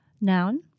Noun